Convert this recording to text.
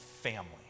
family